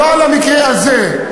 ולא על המקרה הזה.